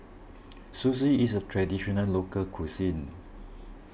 Sushi is a Traditional Local Cuisine